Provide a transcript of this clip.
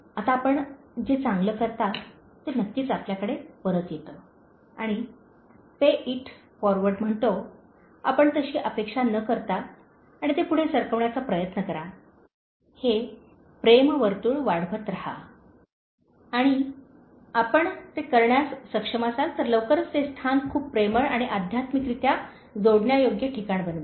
आता आपण जे चांगले करता ते नक्कीच आपल्याकडे परत येते आणि पे इट फॉरवर्ड म्हणतो आपण तशी अपेक्षा न करता आणि ते पुढे सरकवण्याचा प्रयत्न करा हे प्रेम वर्तुळ वाढवत रहा आणि आपण ते करण्यास सक्षम असाल तर लवकरच ते स्थान खूप प्रेमळ आणि आध्यात्मिकरित्या जोडण्यायोग्य ठिकाण बनवा